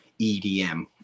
edm